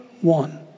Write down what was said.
one